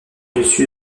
dessus